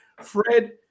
Fred